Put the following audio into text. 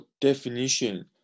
definition